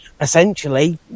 essentially